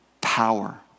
power